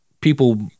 people